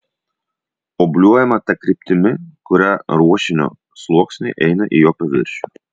obliuojama ta kryptimi kuria ruošinio sluoksniai eina į jo paviršių